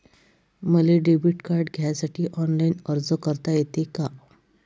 मले debit card घ्यासाठी online अर्ज करता येते का?